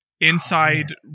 inside